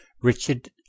Richard